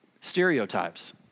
stereotypes